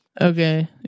Okay